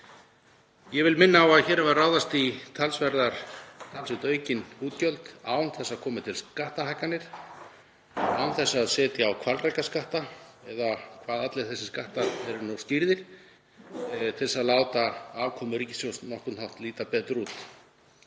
Ég vil minna á að hér erum við að ráðast í talsvert aukin útgjöld án þess að komi til skattahækkanir, án þess að setja á hvalrekaskatta, eða hvað allir þessir skattar eru nefndir, til þess að láta afkomu ríkissjóðs á nokkurn hátt líta betur út.